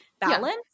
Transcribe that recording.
balance